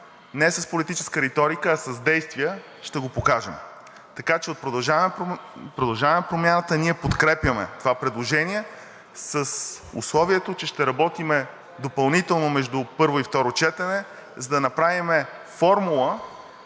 не с политическа риторика, а с действия. От „Продължаваме Промяната“ подкрепяме това предложение с условието, че ще работим допълнително между първо и второ четене, за да направим формула,